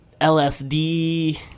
lsd